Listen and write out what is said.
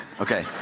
okay